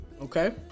Okay